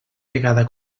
vegada